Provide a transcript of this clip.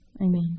Amen